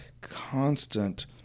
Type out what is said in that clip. constant